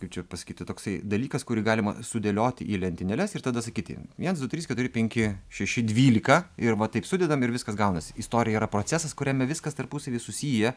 kaip čia pasakyti toksai dalykas kurį galima sudėlioti į lentynėles ir tada sakyti viens du trys keturi penki šeši dvylika ir va taip sudedam ir viskas gaunasi istorija yra procesas kuriame viskas tarpusavyje susiję